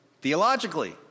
theologically